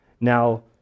Now